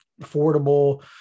affordable